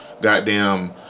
goddamn